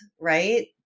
right